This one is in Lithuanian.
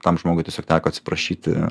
tam žmogui tiesiog teko atsiprašyti